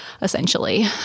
essentially